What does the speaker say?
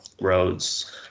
roads